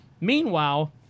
Meanwhile